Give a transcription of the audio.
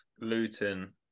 Luton